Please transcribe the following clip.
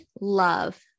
love